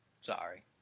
Sorry